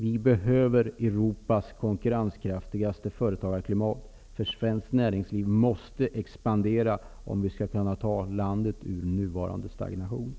Vi behöver Europas konkurrenskraftigaste företagarklimat. Svenskt näringsliv måste expandera om vi skall kunna ta landet ur den nuvarande stagnationen.